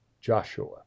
Joshua